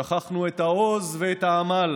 שכחנו את העוז ואת העמל